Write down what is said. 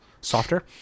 softer